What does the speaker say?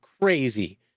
crazy